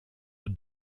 aux